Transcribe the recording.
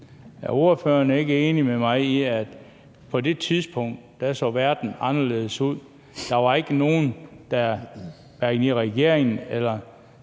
Er ordføreren ikke enig med mig i, at på det tidspunkt så verden anderledes ud? Der var ikke nogen, hverken i den